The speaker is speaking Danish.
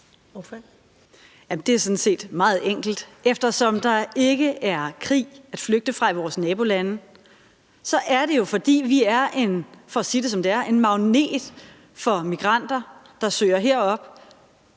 Det er sådan set meget enkelt. Eftersom der ikke er krig at flygte fra i vores nabolande, er det jo, for at sige det, som det er, fordi vi er en magnet for migranter, der søger herop,